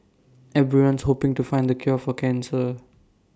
everyone's hoping to find the cure for cancer